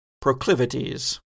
proclivities